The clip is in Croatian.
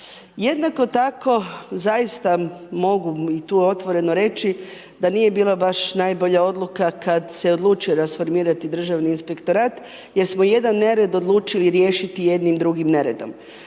Jednako tako zaista mogu i to otvoreno reći da nije bilo baš najbolja odluka kad se odlučio rasformirati Državni inspektorat jer smo jedan nered odlučili riješiti jednim drugim neredom.